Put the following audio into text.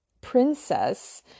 princess